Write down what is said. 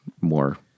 more